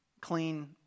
clean